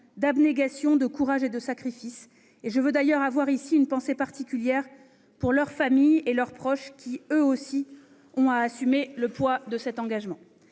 d'abnégation, de courage et de sacrifices. J'ai d'ailleurs une pensée particulière pour leurs familles et leurs proches, qui, eux aussi, portent le poids de cet engagement.